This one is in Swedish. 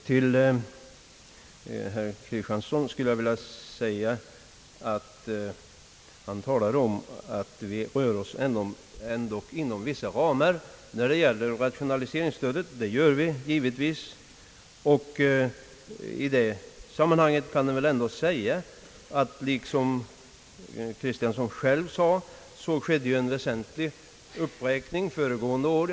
Herr Kristiansson sade att vi dock rör oss inom vissa ramar när det gäller rationaliseringsstödet. Det gör vi givetvis, och jag vill understryka herr Kristianssons yttrande att en väsentlig uppräkning gjordes föregående år.